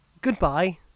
Goodbye